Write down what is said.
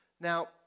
Now